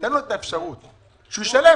תן לו אפשרות לשלם.